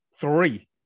three